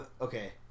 Okay